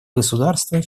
государства